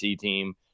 team